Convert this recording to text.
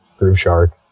GrooveShark